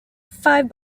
five